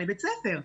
לבית הספר.